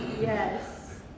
Yes